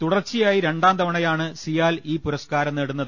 തുടർച്ചയായി രണ്ടാംതവണയാണ് സിയാൽ ഈ പുരസ്കാരം നേടുന്നത്